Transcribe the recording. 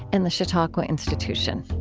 and the chautauqua institution